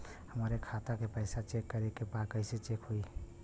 हमरे खाता के पैसा चेक करें बा कैसे चेक होई?